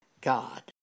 God